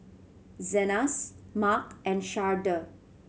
Zenas Marc and Sharde